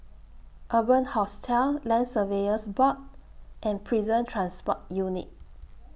Urban Hostel Land Surveyors Board and Prison Transport Unit